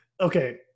Okay